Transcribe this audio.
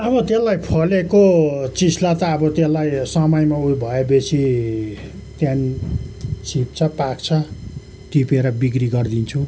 अब त्यसलाई फलेको चिजलाई त अब त्यसलाई त समयमा ऊ यो भयो बेसी त्यहाँदेखि छिप्छ पाक्छ टिपेर बिक्री गरिदिन्छु